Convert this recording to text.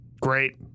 great